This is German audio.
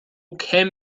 kämen